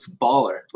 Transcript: baller